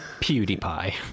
PewDiePie